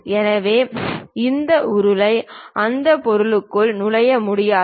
எனவே இந்த உருளை அந்த பொருளுக்குள் நுழைய முடியாது